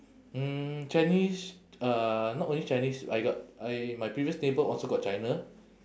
mm chinese uh not only chinese I got I my previous neighbour also got china